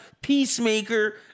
Peacemaker